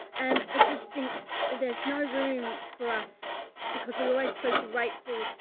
and i just think there's no room for us because we were always so grateful.